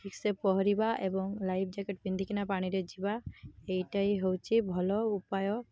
ଠିକ୍ସେ ପହଁରିବା ଏବଂ ଲାଇଫ୍ ଜ୍ୟାକେଟ୍ ପିନ୍ଧିକିନା ପାଣିରେ ଯିବା ଏଇଟା ହେଉଛି ଭଲ ଉପାୟ